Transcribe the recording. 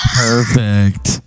perfect